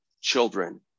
children